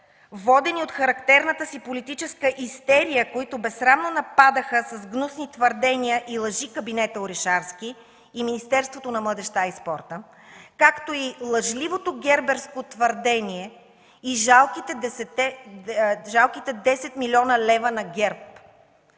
„водени от характерната си политическа истерия, които безсрамно нападаха с гнусни твърдения и лъжи кабинета Орешарски и Министерството на младежта и спорта”, както и „лъжливото герберско твърдение” и „жалките 10 млн. лв. на ГЕРБ”